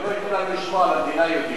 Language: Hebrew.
גם לא ייתנו לנו לשמור על המדינה היהודית,